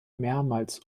mehrmals